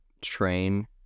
train